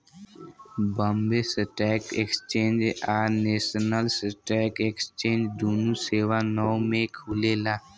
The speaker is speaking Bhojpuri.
बॉम्बे स्टॉक एक्सचेंज आ नेशनल स्टॉक एक्सचेंज दुनो सवा नौ में खुलेला